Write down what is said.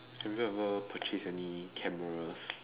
have you ever purchased any cameras